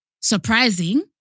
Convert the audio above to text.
surprising